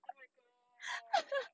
oh my god